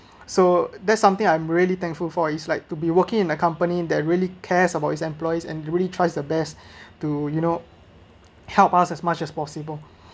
so that's something I'm really thankful for it’s like to be working in a company that really cares about his employees and really tries the best to you know help us as much as possible